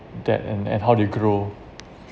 that and and how they grow